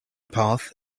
path